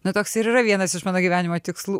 na toks ir yra vienas iš gyvenimo tikslų